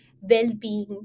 well-being